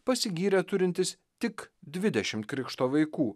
pasigyrė turintis tik dvidešim krikšto vaikų